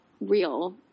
real